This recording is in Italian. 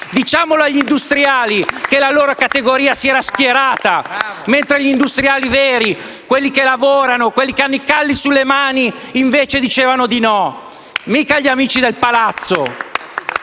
Diciamolo agli industriali, la cui categoria si era schierata, mentre gli industriali veri, quelli che lavorano, quelli che hanno i calli sulle mani, invece dicevano di no. Mica gli amici del palazzo,